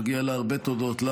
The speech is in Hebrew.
מגיעות לה הרבה תודות.